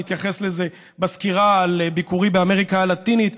אני אתייחס לזה בסקירה על ביקורי באמריקה הלטינית,